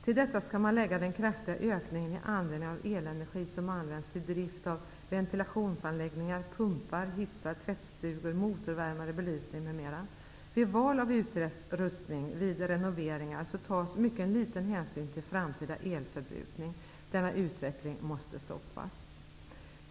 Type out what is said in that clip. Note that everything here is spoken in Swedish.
Till detta skall man lägga den kraftiga ökning av användningen av elenergi som används till drift av ventilationsanläggningar, pumpar, hissar, tvättstugor, motorvärmare, belysning, m.m. Vid val av utrustning vid renoveringar tas mycket liten hänsyn till framtida elförbrukning. Denna utveckling måste stoppas.